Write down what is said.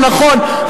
הוא נכון,